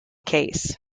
case